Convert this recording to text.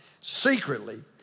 secretly